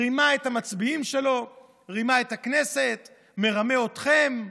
רימה את המצביעים שלו, רימה את הכנסת, מרמה אתכם.